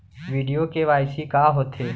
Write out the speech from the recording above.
video KYC का होथे